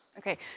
Okay